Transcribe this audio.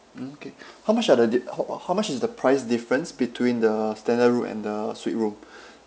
mm okay how much are the di~ ho~ how much is the price difference between the standard room and the suite room